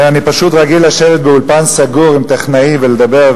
אני פשוט רגיל לשבת באולפן סגור עם טכנאים ולדבר,